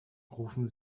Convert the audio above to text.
rufen